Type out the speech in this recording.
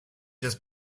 just